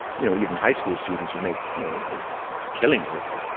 you know, even high school students who make you know a killing out of that.